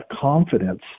confidence